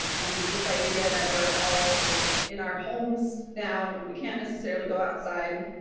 and this idea that we're all sort of in our homes now and we can't necessarily go outside.